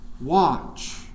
Watch